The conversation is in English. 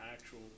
actual